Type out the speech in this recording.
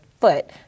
foot